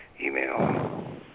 email